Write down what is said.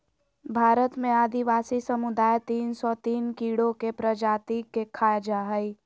भारत में आदिवासी समुदाय तिन सो तिन कीड़ों के प्रजाति के खा जा हइ